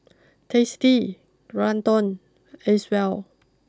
tasty Geraldton Acwell